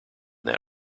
that